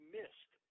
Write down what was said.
missed